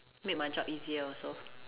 make my job easier also